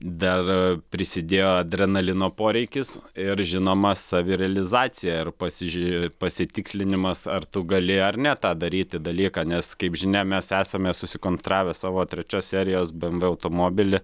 dar prisidėjo adrenalino poreikis ir žinoma savirealizacija ir pasižiūri pasitikslinimas ar tu gali ar ne tą daryti dalyką nes kaip žinia mes esame susikonstravę savo trečios serijos bmw automobilį